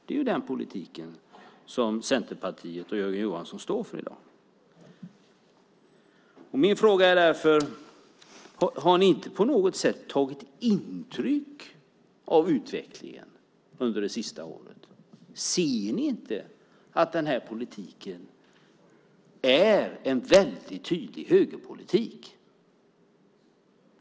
Det är den politik som Centerpartiet och Jörgen Johansson står för i dag. Min fråga är därför: Har ni inte på något sätt tagit intryck av utvecklingen under det senaste året? Ser ni inte att den här politiken är en väldigt tydlig högerpolitik?